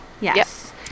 Yes